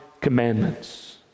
commandments